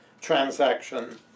transaction